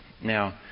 Now